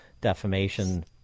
defamation